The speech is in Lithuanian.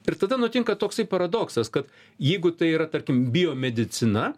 ir tada nutinka toksai paradoksas kad jeigu tai yra tarkim biomedicina